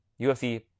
UFC